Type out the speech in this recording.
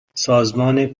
سازمان